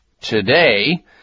today